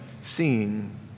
seeing